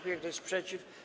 Kto jest przeciw?